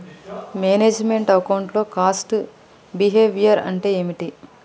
Manage meant account లో cost behaviour అంటే ఏమిటి?